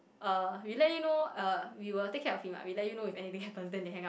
uh we let you know uh we will take care of him ah we let you know if anything happens then they hang up